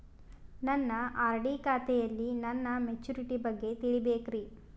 ನನ್ನ ಆರ್.ಡಿ ಖಾತೆಯಲ್ಲಿ ನನ್ನ ಮೆಚುರಿಟಿ ಬಗ್ಗೆ ತಿಳಿಬೇಕ್ರಿ